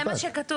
זה מה שכתוב.